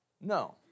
No